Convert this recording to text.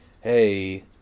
hey